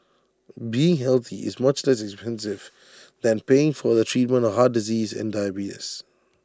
being healthy is much less expensive than paying for the treatment of heart disease and diabetes